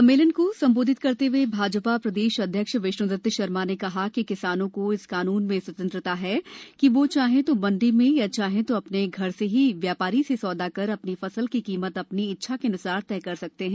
सम्मेलन को संबोधित करते हए भाजपा प्रदेश अध्यक्ष विष्ण् दत शर्मा ने कहा कि किसान को इस कानून में स्वतंत्रता है कि वो चाहे तो मंडी में या चाहे तो अपने घर से ही व्यापारी से सौदा कर अपनी फसल की कीमत अपनी इच्छान्सार तय कर सकते हैं